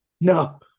No